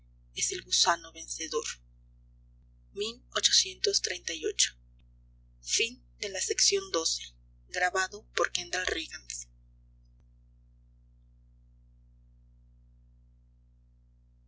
es el gusano vencedor